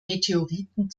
meteoriten